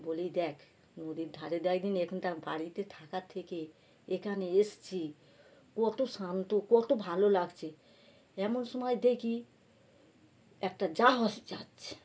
বলি দেখ নদীর ধারে দেখ দিকিনি এখন তার বাড়িতে থাকার থেকে এখানে এসেছি কত শান্ত কত ভালো লাগছে এমন সময় দেখি একটা জাহাজ যাচ্ছে